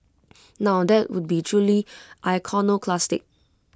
now that would be truly iconoclastic